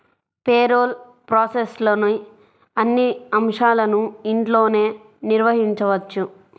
payroll ప్రాసెస్లోని అన్ని అంశాలను ఇంట్లోనే నిర్వహించవచ్చు